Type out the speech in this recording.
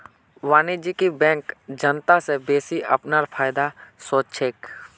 वाणिज्यिक बैंक जनता स बेसि अपनार फायदार सोच छेक